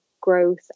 growth